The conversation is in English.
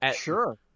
Sure